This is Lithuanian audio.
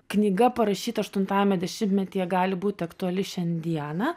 knyga parašyta aštuntajame dešimtmetyje gali būt aktuali šiandieną